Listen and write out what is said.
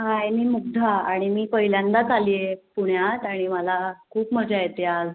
हाय मी मुग्धा आणि मी पहिल्यांदाच आली आहे पुण्यात आणि मला खूप मजा येते आज